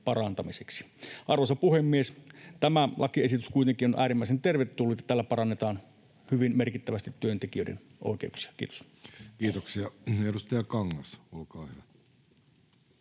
Arvoisa puhemies! Tämä lakiesitys kuitenkin on äärimmäisen tervetullut, ja tällä parannetaan hyvin merkittävästi työntekijöiden oikeuksia. — Kiitos. Kiitoksia. — Edustaja Kangas, olkaa hyvä.